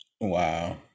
Wow